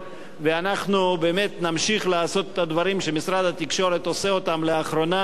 ואנחנו באמת נמשיך לעשות את הדברים שמשרד התקשורת עושה אותם לאחרונה,